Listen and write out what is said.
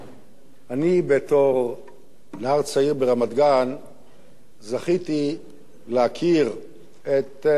בתור נער צעיר ברמת-גן זכיתי להכיר את עמוס דגני,